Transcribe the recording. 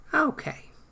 okay